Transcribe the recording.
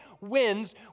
wins